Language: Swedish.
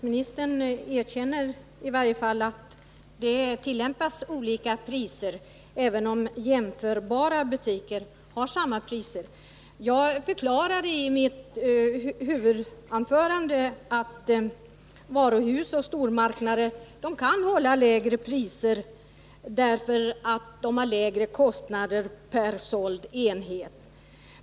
Herr talman! Handelsministern erkänner att det tillämpas olika priser, även om jämförbara butiker har samma priser. Jag förklarade i mitt huvudanförande att varuhus och stormarknader kan hålla lägre priser därför att de har lägre kostnader per såld enhet.